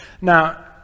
Now